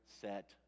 set